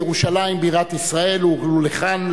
לירושלים בירת ישראל ולכאן,